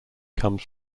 comes